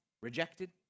rejected